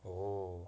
oh